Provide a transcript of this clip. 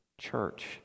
church